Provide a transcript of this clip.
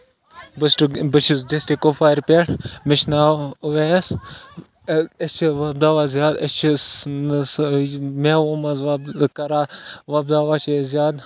بہٕ چھُس ڈِسٹرکٹ کوپوارِ پٮ۪ٹھ مےٚ چھُ ناو اُویس أسۍ چھِ دوہ زیادٕ أسۍ چھِ میوٕ منٛز کران وۄپداوان چھِ أسۍ زیادٕ